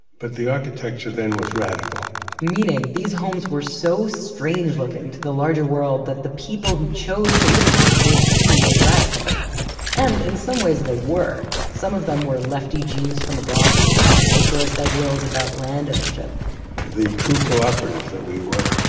but the architecture then was radical meaning these homes were so strange looking to the larger world that the people who chose to live in them were seen as radical and in some ways they were. some of them were lefty jews from the bronx with socialist ideals about land ownership the true cooperative that we were,